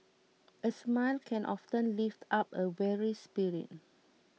a smile can often lift up a weary spirit